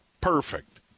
Perfect